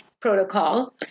protocol